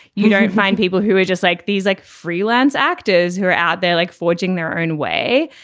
you don't find people who are just like these like freelance actors who are out there like forging their own way.